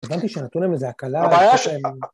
הבנתי שנתנו להם איזה הקלה, איך יש להם...